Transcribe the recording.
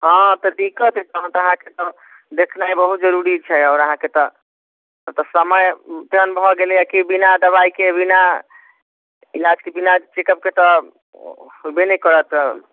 हँ तऽ दिक्कत अइ तहन तऽ अहाँके तऽ देखनाइ बहुत जरूरी छै आओर अहाँके तऽ समय तेहन भऽ गेलैया कि बिना दवाइके बिना इलाजके बिना चेकअपके तऽ होबे नहि करत तऽ